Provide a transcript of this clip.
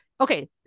okay